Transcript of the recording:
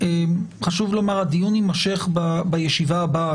חשוב לומר, הדיון יימשך בישיבה הבאה.